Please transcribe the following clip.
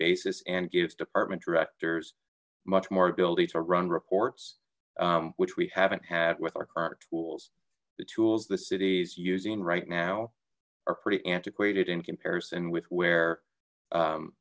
basis and gives department directors much more ability to run reports which we haven't had with our current tools the tools the city is using right now are pretty antiquated in comparison with where